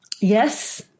yes